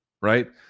right